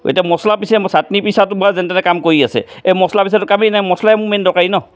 এতিয়া মছলা পিছা মই চাটনি পিছাটো বাৰু যেনে তেনে কাম কৰি আছে এই মছলা পিছাটো কামেই নাই মছলাই মোৰ মেইন দৰকাৰী ন